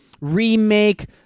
remake